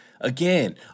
Again